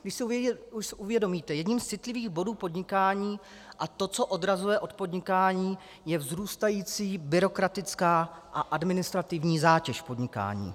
Když si uvědomíte, jedním z citlivých bodů podnikání a to, co odrazuje od podnikání, je vzrůstající byrokratická a administrativní zátěž v podnikání.